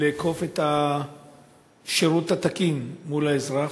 ולאכוף את השירות התקין מול האזרח.